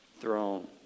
throne